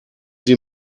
sie